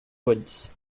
woods